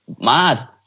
mad